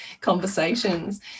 conversations